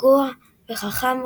רגוע וחכם,